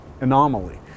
anomaly